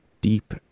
deep